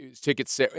tickets